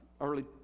early